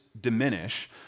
diminish